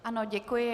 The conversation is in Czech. Ano, děkuji.